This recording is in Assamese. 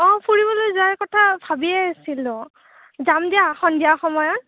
অঁ ফুৰিবলৈ যোৱাৰ কথা ভাবিয়ে আছিলোঁ যাম দিয়া সন্ধিয়া সময়ত